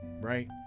right